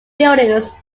buildings